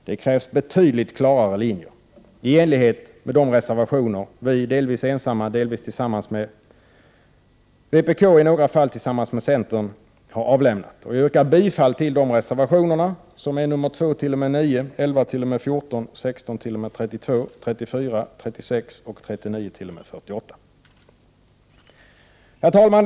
Det krävs betydligt klarare linjer, i enlighet med de reservationer som vi delvis ensamma, delvis tillsammans med vpk och i några fall tillsammans med centern har avlämnat. Jag yrkar bifall till de reservationerna, som är nr 2-9, 11-14, 16-32, 34, 36 och 39-48. Herr talman!